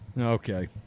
Okay